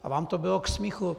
A vám to bylo k smíchu.